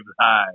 high